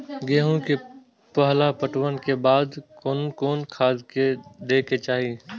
गेहूं के पहला पटवन के बाद कोन कौन खाद दे के चाहिए?